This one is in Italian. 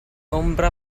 ombre